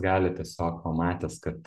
gali tiesiog pamatęs kad